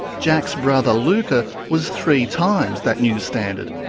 jack's brother lukah was three times that new standard.